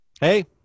Hey